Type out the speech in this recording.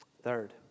Third